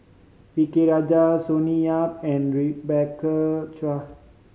V K Rajah Sonny Yap and Rebecca Chua